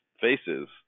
faces